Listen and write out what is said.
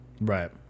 Right